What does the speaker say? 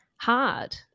hard